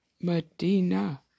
Medina